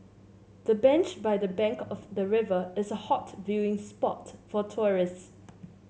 the bench by the bank of the river is a hot viewing spot for tourist